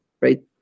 right